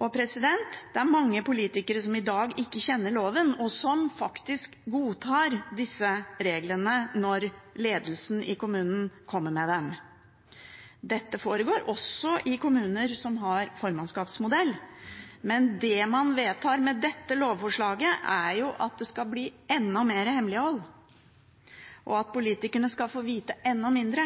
Det er mange politikere som i dag ikke kjenner loven, og som faktisk godtar disse reglene når ledelsen i kommunen kommer med dem. Dette foregår også i kommuner som har formannsskapsmodell, men det man vedtar med dette lovforslaget, er at det skal bli enda mer hemmelighold, at politikerne skal få vite enda mindre,